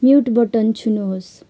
mute button छुनुहोस्